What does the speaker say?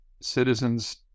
Citizens